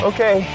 Okay